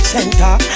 Center